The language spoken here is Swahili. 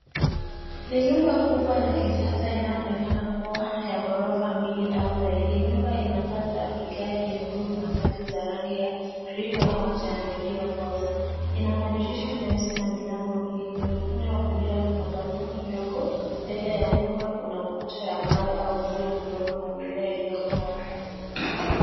Ni nyumba kubwa ya kisasa inayoonekana kuwa ya ghorofa mbili au zaidi. Nyumba inapanda vigae vyekundu na kati za rangi ya krimu, au njano iliyokosa. Inabadilisha meusi na milango mingi. Kwenye upande wa kulia kuna balcony ndogo, mbele ya nyumba kuna ukuta ya mawe au sio mdogo na mimea iliyopanda